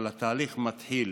אבל התהליך מתחיל.